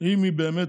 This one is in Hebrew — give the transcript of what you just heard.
אם היא באמת